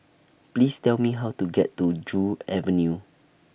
Please Tell Me How to get to Joo Avenue